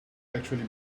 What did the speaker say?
actually